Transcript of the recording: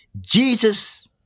Jesus